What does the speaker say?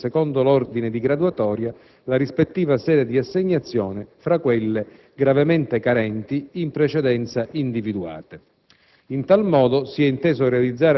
sono stati, invece, chiamati a scegliere, secondo l'ordine di graduatoria, la rispettiva sede d'assegnazione fra quelle gravemente carenti precedentemente individuate.